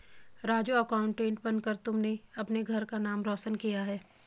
Raju accountant बनकर तुमने अपने घर का नाम रोशन किया है